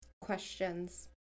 Questions